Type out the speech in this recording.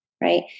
right